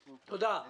תודה.